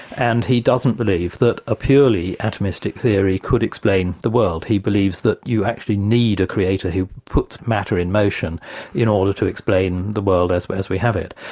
and he doesn't believe that a purely atomistic theory could explain the world. he believes that you actually need a creator who puts matter in motion in order to explain the world as but as we have it.